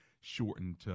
shortened